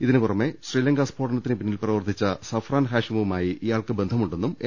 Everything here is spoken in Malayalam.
ഇതിനുപുറമെ ശ്രീലങ്ക സ്ഫോടനത്തിനു പിന്നിൽ പ്രവർത്തിച്ച സ്ഫ്രാൻ ഹാഷിമു മായി ഇയാൾക്ക് ബന്ധമുണ്ടെന്നും എൻ